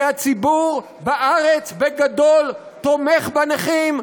כי הציבור בארץ, בגדול, תומך בנכים,